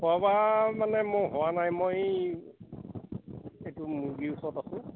খোৱা বোৱা মানে মোৰ হোৱা নাই মই এই মুৰ্গীৰ ওচৰত আছোঁ